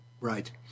Right